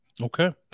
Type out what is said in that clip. Okay